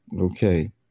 Okay